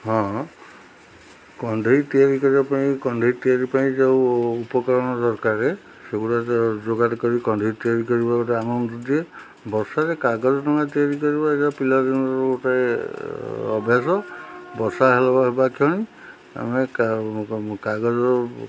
ହଁ କଣ୍ଢେଇ ତିଆରି କରିବା ପାଇଁ କଣ୍ଢେଇ ତିଆରି ପାଇଁ ଯେଉଁ ଉପକରଣ ଦରକାର ସେଗୁଡ଼ା ଯୋଗାଡ଼ କରି କଣ୍ଢେଇ ତିଆରି କରିବା ଗୋଟେ ଆମାଉଣ୍ଟ ଦିଏ ବର୍ଷାରେ କାଗଜ ଟଙ୍କା ତିଆରି କରିବା ଏ ପିଲାଦିନର ଗୋଟେ ଅଭ୍ୟାସ ବର୍ଷା ହେବା କ୍ଷଣି ଆମେ କାଗଜ